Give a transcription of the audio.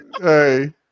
Hey